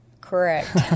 Correct